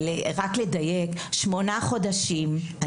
אני רק רוצה לדייק: אני,